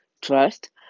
trust